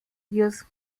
youth